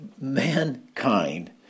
Mankind